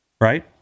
right